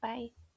Bye